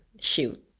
Shoot